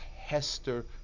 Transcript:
hester